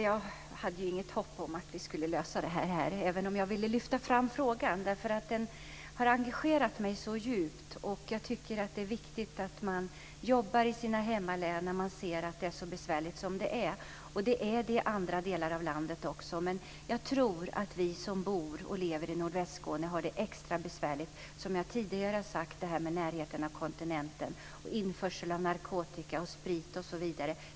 Jag hade ju inget hopp om att vi skulle lösa det här problemet här, även om jag ville lyfta fram frågan, därför att den har engagerat mig så djupt, och jag tycker att det är viktigt att man jobbar i sina hemmalän när man ser att det är så besvärligt som det är. Det är det i andra delar av landet också, men jag tror att vi som bor och lever i Nordvästskåne har det extra besvärligt med tanke på vad jag tidigare har sagt om närheten till kontinenten, införsel av narkotika och sprit osv.